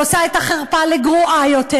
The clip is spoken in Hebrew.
היא עושה את החרפה לגרועה יותר,